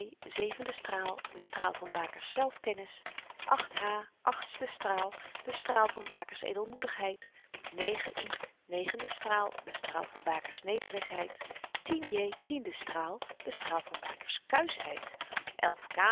zevende straal de straal van baker's zelfkennis h achtste straal de straal van baker's edelmoedigheid i negende straal de straal van baker's nederigheid j tiende straal de straal van baker's kuisheid